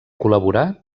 col·laborà